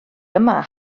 yma